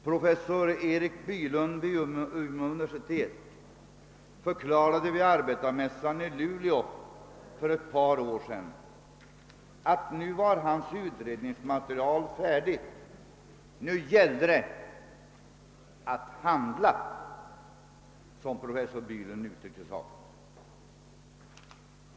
Professor Erik Bylund vid Umeå universitet förklarade vid Arbetarmässan i Luleå för ett par år sedan, att nu var hans utredningsmaterial färdigt. Nu gällde det att handla, som han uttryckte saken.